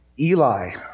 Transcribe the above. Eli